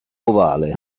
ovale